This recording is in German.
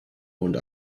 und